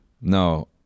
No